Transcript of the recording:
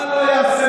מה לא עושים,